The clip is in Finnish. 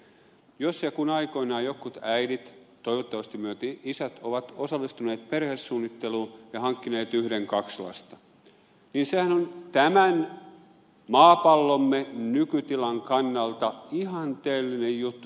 jos ja kun aikoinaan jotkut äidit toivottavasti myös isät ovat osallistuneet perhesuunnitteluun ja hankkineet yhden kaksi lasta niin sehän on tämän maapallomme nykytilan kannalta ihanteellinen juttu